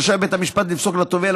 רשאי בית המשפט לפסוק לתובע,